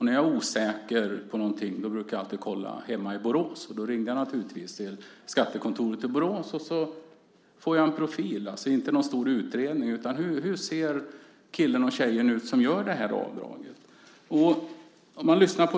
När jag är osäker på något brukar jag alltid kontrollera med min hemkommun Borås. Jag ringde alltså till skattekontoret där och fick en profil, inte en stor utredning utan en beskrivning av killen och tjejen som gör avdraget.